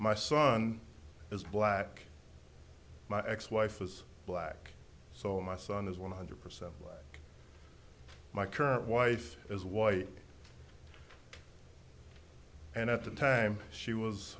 my son is black my ex wife was black so my son is one hundred percent black my current wife is white and at the time she was